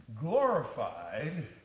glorified